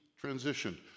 transition